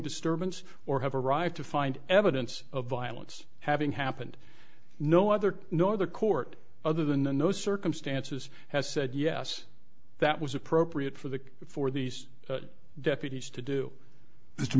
disturbance or have arrived to find evidence of violence having happened no other nor the court other than the no circumstances has said yes that was appropriate for the for these deputies to do this to